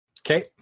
Okay